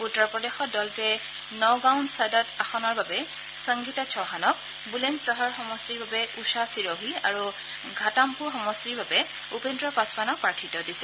উত্তৰ প্ৰদেশত দলটোৱে নউগাৱান চাদত আসনৰ বাবে সংগীত চৌহানক বুলেণ্ড চহৰ সমষ্টিৰ বাবে ঊষা চিৰোহী আৰু ঘাটামপুৰ সমষ্টিৰ বাবে উপেন্দ্ৰ পাছোৱানক প্ৰাৰ্থীত্ব দিছে